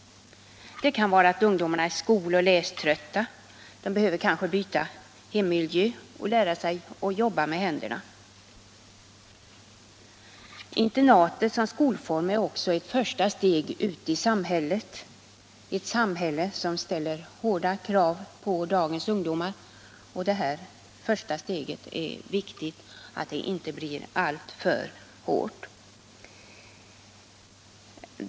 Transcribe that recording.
Det kan vara att ungdomarna är skol och läströtta. De behöver kanske byta hemmiljö och lära sig jobba med händerna. Internatet som skolform är också ett första steg ut i samhället — ett samhälle som ställer hårda krav på dagens ungdomar — och det är viktigt att det här första steget inte blir alltför svårt.